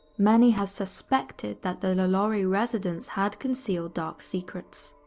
many had suspected that the lalaurie residence had concealed dark secrets.